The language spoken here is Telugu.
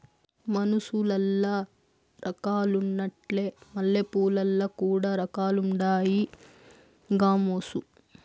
మనుసులల్ల రకాలున్నట్లే మల్లెపూలల్ల కూడా రకాలుండాయి గామోసు